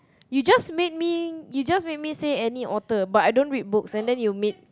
you just made me you just made me say any author but I don't read books and then you made